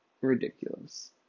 ridiculous